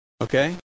Okay